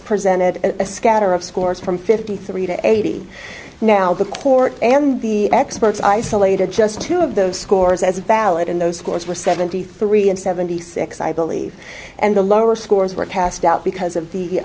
presented and a scatter of scores from fifty three to eighty now the court and the experts isolated just two of those scores as valid in those scores were seventy three and seventy six i believe and the lower scores were passed out because of the